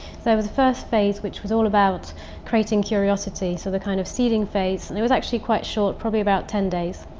so with the first phase which was all about creating curiosity, so the kind of seeding phase. and it was actually quite short, probably about ten days.